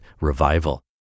revival